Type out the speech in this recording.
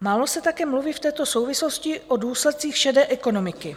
Málo se také mluví v této souvislosti o důsledcích šedé ekonomiky.